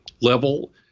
level